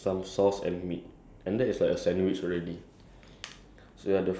like if you like imagine it right it's like just like a piece of bread